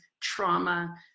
trauma